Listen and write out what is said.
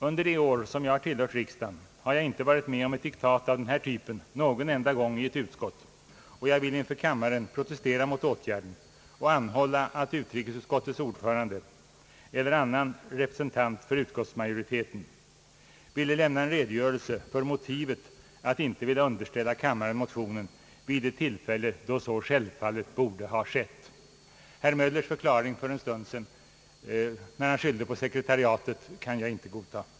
Under de år som jag har tillhört riksdagen har jag inte varit med om ett diktat av denna typ någon enda gång i ett utskott, och jag vill inför kammaren protestera mot åtgärden och anhålla att utrikesutskottets ordförande eller annan representant för utskottsmajoriteten ville lämna en redogörelse för motivet att inte vilja underställa kammaren motionen vid det tillfälle då så självfallet borde ha skett. Herr Möllers förklaring för en stund sedan, då han Ang. Sveriges utrikesoch handelspolitik skyllde på sekretariatet, kan jag inte godta.